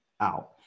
out